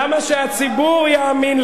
מה יש לכם ממנה?